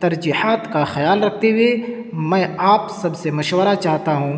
ترجیحات کا خیال رکھتے ہوئے میں آپ سب سے مشورہ چاہتا ہوں